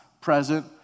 present